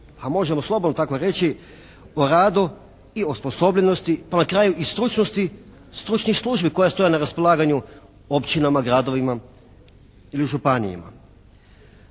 a možemo slobodno tako reći, o radu i o osposobljenosti pa na kraju i stručnosti stručnih službi koje stoje na raspolaganju općinama, gradovima ili županijama.